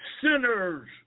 sinners